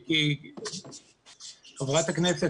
חברת הכנסת